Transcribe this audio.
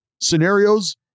scenarios